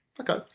Okay